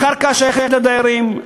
הקרקע שייכת לדיירים,